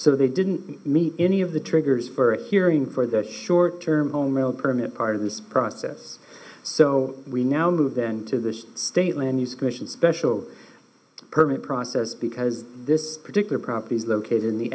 so they didn't meet any of the triggers for a hearing for the short term home will permit part of this process so we now move then to the state land use commission special permit process because this particular prop is located in the